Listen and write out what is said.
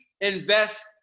invest